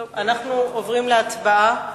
טוב, אנחנו עוברים להצבעה.